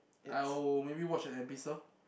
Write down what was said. I'll maybe watch at